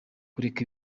kureka